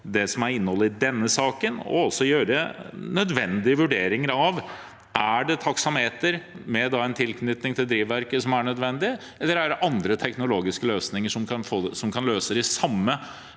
det som er innholdet i denne saken, og også gjøre nødvendige vurderinger av om det er taksameter med tilknytning til drivverket som er nødvendig, eller om det er andre teknologiske løsninger som kan løse